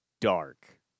dark